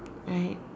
right